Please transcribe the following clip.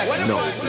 No